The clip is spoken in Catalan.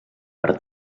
per